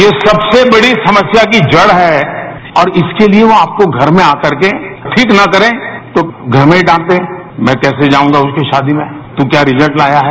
ये सबसे बड़ी समस्या की जड़ है और इसके लिए यो आपको घर में आ करके ठीक ना करे तो घर में ही डांट दे मैं कैसे जाऊंगा उसकी शादी में तू क्या रिजल्ट लाया है